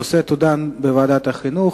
הנושא יידון בוועדת החינוך.